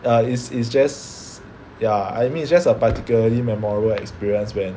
err it's it's just ya I mean it's just a particularly memorable experience when